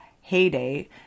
heyday